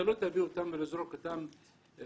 אתה לא תביא אותם ותזרוק אותם בוואדיות,